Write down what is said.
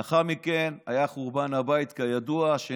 לאחר מכן, כידוע, היה חורבן הבית השני.